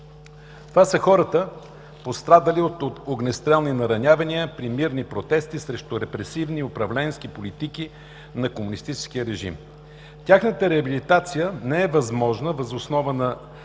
Това са хората, пострадали от огнестрелни наранявания при мирни протести срещу репресивни управленски политики на комунистическия режим. Тяхната реабилитация не е възможна въз основа на